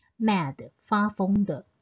Mad,发疯的